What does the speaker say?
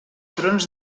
fronts